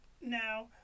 now